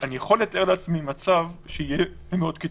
אני יכול לתאר לעצמי מצב שיהיה מאוד קיצוני,